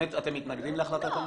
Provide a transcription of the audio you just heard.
אומרת שאתם מתנגדים להחלטת הממשלה?